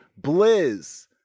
Blizz